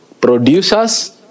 Producers